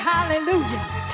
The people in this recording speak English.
Hallelujah